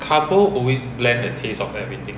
carbo always bland the taste of everything